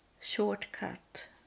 shortcut